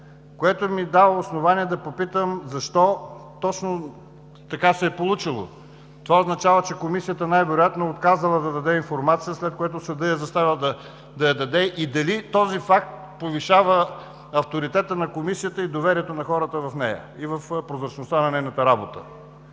което ми дава основание да попитам: защо точно така се е получило? Това означава, че Комисията най-вероятно е отказала да даде информация, след което съдът я е заставил да я даде. Дали този факт повишава авторитета на Комисията и доверието на хората в нея и в прозрачността на нейната работа?